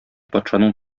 патшаның